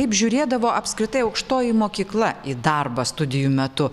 kaip žiūrėdavo apskritai aukštoji mokykla į darbą studijų metu